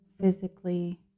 physically